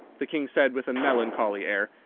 the king said with a melancholy air,